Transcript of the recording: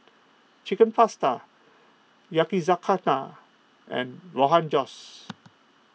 Chicken Pasta Yakizakana and Rogan Josh